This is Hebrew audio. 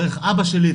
דרך אבא שלי,